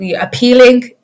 appealing